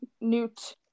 newt